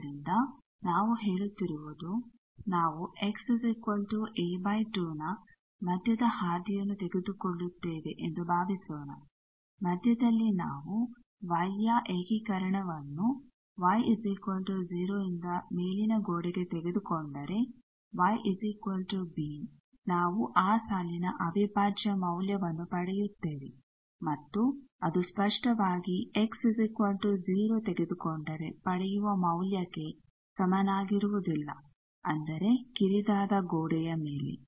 ಆದ್ದರಿಂದ ನಾವು ಹೇಳುತ್ತಿರುವುದು ನಾವು xa 2 ನ ಮಧ್ಯದ ಹಾದಿಯನ್ನು ತೆಗೆದುಕೊಳ್ಳುತ್ತೇವೆ ಎಂದು ಭಾವಿಸೋಣ ಮಧ್ಯದಲ್ಲಿ ನಾವು ವೈ ಯ ಏಕೀಕರಣವನ್ನು y0 ಇಂದ ಮೇಲಿನ ಗೋಡೆಗೆ ತೆಗೆದುಕೊಂಡರೆ yb ನಾವು ಆ ಸಾಲಿನ ಅವಿಭಾಜ್ಯ ಮೌಲ್ಯವನ್ನು ಪಡೆಯುತ್ತೇವೆ ಮತ್ತು ಅದು ಸ್ಪಷ್ಟವಾಗಿ x0 ತೆಗೆದುಕೊಂಡರೆ ಪಡೆಯುವ ಮೌಲ್ಯಕ್ಕೆ ಸಮಾನಾಗಿರುವುದಿಲ್ಲ ಅಂದರೆ ಕಿರಿದಾದ ಗೋಡೆಯ ಮೇಲೆ